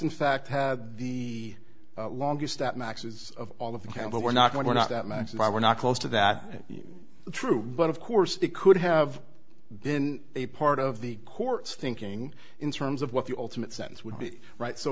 in fact have the longest at max's of all of the can but we're not going to not that much by we're not close to that true but of course they could have been a part of the court's thinking in terms of what the ultimate sense would be right so